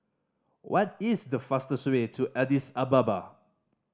what is the fastest way to Addis Ababa